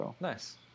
Nice